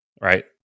right